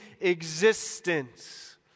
existence